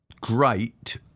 great